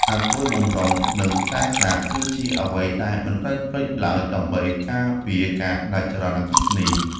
អាគុយបម្រុង និង ខ្សែសាកគឺជាអ្វីដែលមិនត្រូវភ្លេចឡើយដើម្បីការពារការដាច់ចរន្តអគ្គិសនី។